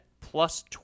plus